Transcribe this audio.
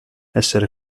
essere